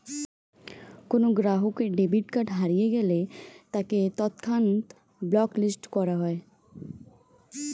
কোনো গ্রাহকের debit card হারিয়ে গেলে তাকে তৎক্ষণাৎ ব্লক লিস্ট করা হয়